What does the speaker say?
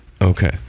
okay